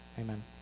Amen